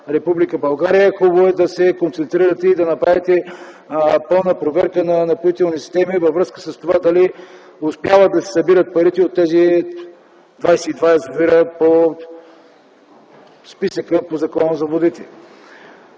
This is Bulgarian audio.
България. Хубаво е да се концентрирате и да направите пълна проверка на напоителни системи във връзка с това дали успяват да си събират парите от тези 22 язовира по списъка по Закона за водите.